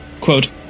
Quote